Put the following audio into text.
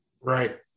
right